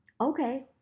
okay